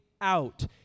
out